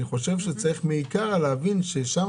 אני חושב שצריך להבין שכל